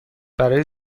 برای